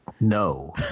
no